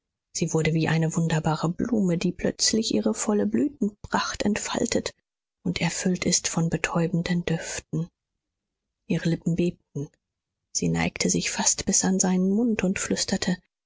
sie wurde wie eine wunderbare blume die plötzlich ihre volle blütenpracht entfaltet und erfüllt ist von betäubenden düften ihre lippen bebten sie neigte sich fast bis an seinen mund und flüsterte